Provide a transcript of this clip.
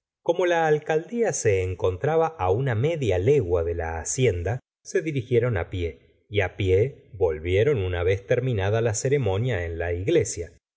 como la alcaldía se encontraba una media legua de la hacienda se dirigieron á pie y pie volvieron una vez terminada la ceremonia en la iglesia